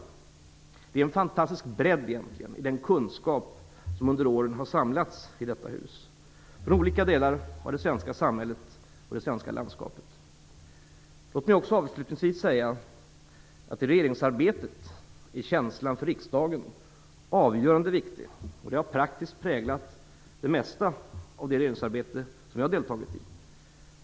Det är egentligen en fantastisk bredd i den kunskap som under åren har samlats i detta hus från olika delar av det svenska samhället och det svenska landskapet. Låt mig också avslutningsvis säga att i regeringsarbetet är känslan för riksdagen avgörande viktig. Det har praktiskt präglat det mesta av det regeringsarbete som jag har deltagit i.